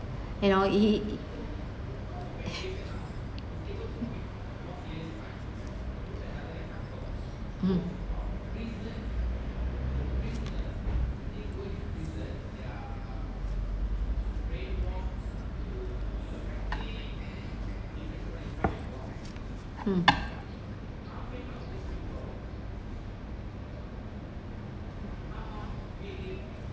you know he's mm mm